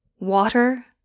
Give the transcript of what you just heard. Water